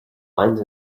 lines